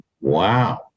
Wow